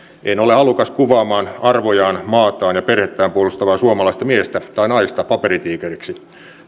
en ole halukas kuvamaan arvojaan maataan ja perhettään puolustavaa suomalaista miestä tai naista paperitiikeriksi